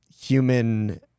human